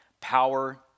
Power